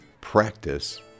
practice